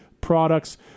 products